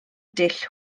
dull